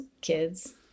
kids